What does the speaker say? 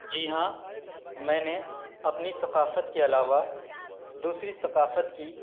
جی ہاں میں نے اپنی ثقافت کے علاوہ دوسری ثقافت کی